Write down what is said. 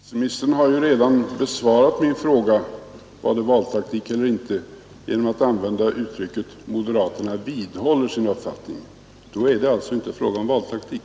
Herr talman! Justitieministern har redan besvarat min fråga, om det var valtaktik eller inte, genom att använda uttrycket: moderaterna vidhåller sin uppfattning. Då är det alltså inte fråga om valtaktik.